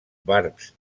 barbs